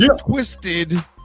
twisted